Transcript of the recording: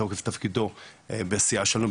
מתוקף תפקידו בסיעה שלנו,